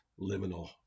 liminal